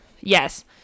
Yes